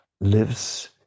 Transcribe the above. lives